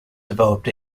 developed